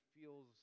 feels